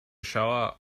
shower